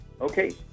Okay